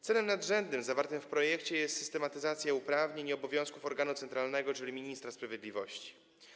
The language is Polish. Celem nadrzędnym realizowanym w projekcie jest systematyzacja uprawnień i obowiązków organu centralnego, czyli ministra sprawiedliwości.